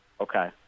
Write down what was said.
Okay